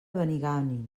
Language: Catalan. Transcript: benigànim